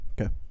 Okay